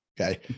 Okay